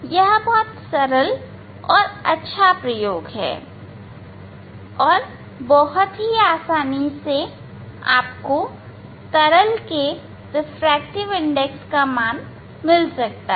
यह बहुत सरल और अच्छा प्रयोग है और बहुत ही आसानी से आपको तरल का रिफ्रैक्टिव इंडेक्स मिल सकता है